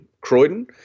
Croydon